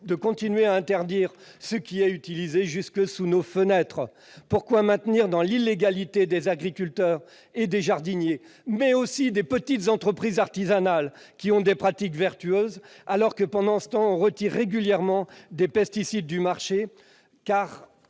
justifier l'interdiction de ce qui est utilisé sous nos fenêtres ? Pourquoi maintenir dans l'illégalité des agriculteurs et des jardiniers, mais aussi de petites entreprises artisanales dont les pratiques sont vertueuses, alors que, au même moment, on retire régulièrement des pesticides du marché,